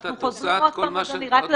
אנחנו חוזרים עוד פעם, אדוני, רק לזכאים.